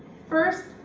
first,